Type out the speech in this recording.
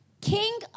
king